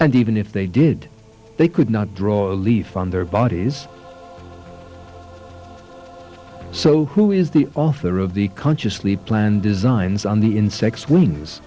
and even if they did they could not draw a leaf on their bodies so who is the author of the consciously planned designs on the insects wings